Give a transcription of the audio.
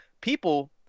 people